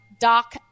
doc